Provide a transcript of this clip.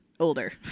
Older